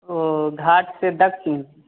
ओ घर से दक्षिण